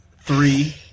three